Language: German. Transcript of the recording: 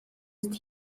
ist